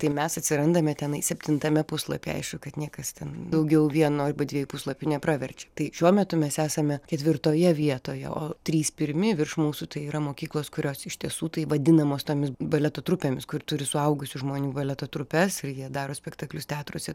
tai mes atsirandame tenai septintame puslapyje aišku kad niekas ten daugiau vieno arba dviejų puslapių nepraverčia tai šiuo metu mes esame ketvirtoje vietoje o trys pirmi virš mūsų tai yra mokyklos kurios iš tiesų tai vadinamos tomis baleto trupėmis kur turi suaugusių žmonių baleto trupes ir jie daro spektaklius teatruose